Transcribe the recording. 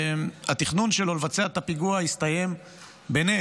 והתכנון שלו לבצע את הפיגוע הסתיים בנס.